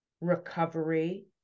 recovery